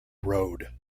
road